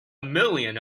million